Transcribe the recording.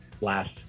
last